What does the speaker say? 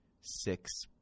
six